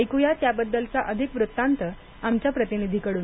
ऐकू या त्याबद्दलचा अधिक वृत्तांत आमच्या प्रतिनिधीकडून